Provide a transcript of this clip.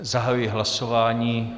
Zahajuji hlasování.